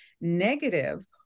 negative